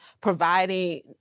providing